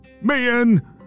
man